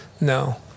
No